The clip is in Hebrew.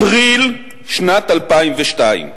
אפריל שנת 2002,